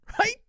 Right